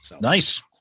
Nice